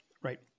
Right